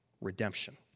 redemption